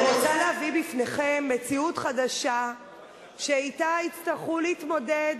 אני רוצה להביא בפניכם מציאות חדשה שאתה יצטרכו להתמודד